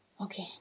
Okay